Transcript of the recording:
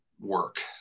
work